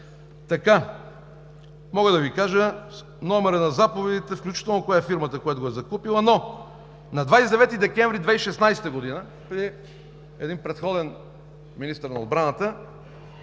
Мога да Ви кажа номерата на заповедите, включително и коя е фирмата, която го е закупила. На 29 декември 2016 г. – при един предходен министър на отбраната,